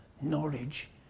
knowledge